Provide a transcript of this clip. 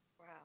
Wow